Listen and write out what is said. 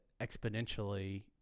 exponentially